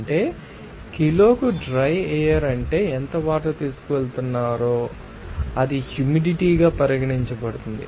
అంటే కిలోకు dry air అంటే ఎంత వాటర్ తీసుకువెళుతున్నారో అది హ్యూమిడిటీ గా పరిగణించబడుతుంది